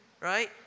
right